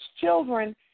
children